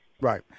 right